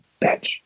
bitch